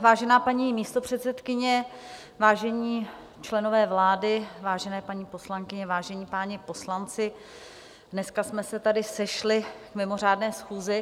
Vážená paní místopředsedkyně, vážení členové vlády, vážené paní poslankyně, vážení páni poslanci, dneska jsme se tady sešli k mimořádné schůzi.